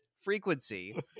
frequency